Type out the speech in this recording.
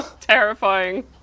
terrifying